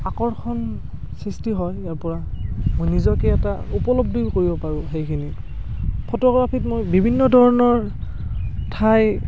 আকৰ্ষণ সৃষ্টি হয় ইয়াৰ পৰা মই নিজকে এটা উপলব্ধি কৰিব পাৰোঁ সেইখিনি ফটোগ্ৰাফীক মই বিভিন্ন ধৰণৰ ঠাই